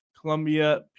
Columbia